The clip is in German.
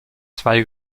zwei